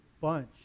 bunch